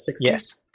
Yes